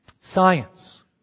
Science